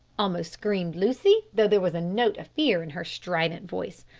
almost screamed lucy, though there was a note of fear in her strident voice.